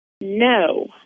No